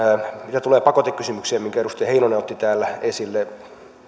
mitä tulee pakotekysymykseen minkä edustaja heinonen otti täällä esille